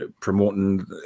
promoting